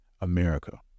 America